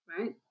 right